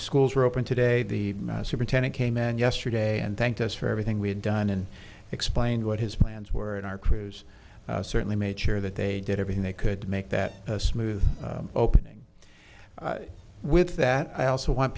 schools are open today the superintendent came in yesterday and thanked us for everything we had done and explained what his plans were and our crews certainly made sure that they did everything they could make that a smooth opening with that i also want